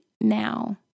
now